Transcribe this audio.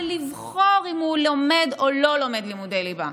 לבחור אם הוא לומד או לא לומד לימודי ליבה,